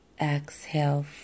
Exhale